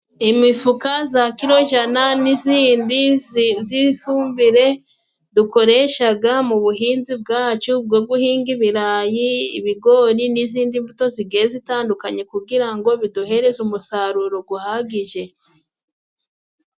Imifuka za kirogiana n'izindi z'ifumbire dukoreshaga mu buhinzi bwacu, bwo guhinga ibirayi ibigori n'izindi mbuto, zigiye zitandukanye, kugira ngo biduhereze umusarurohagije.